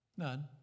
None